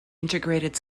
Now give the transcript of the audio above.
integrated